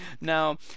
Now